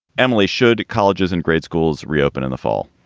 emily, should colleges and grade schools reopen in the fall?